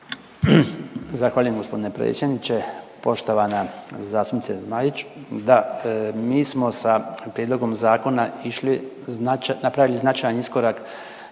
Zahvaljujem g. predsjedniče. Poštovana zastupnice Zmaić. Da, mi smo sa prijedlogom zakona išli napravili značajan iskorak